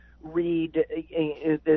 read